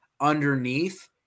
underneath